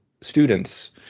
students